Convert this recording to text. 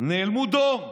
נאלמו דום.